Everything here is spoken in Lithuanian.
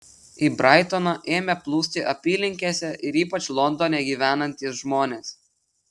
į braitoną ėmė plūsti apylinkėse ir ypač londone gyvenantys žmonės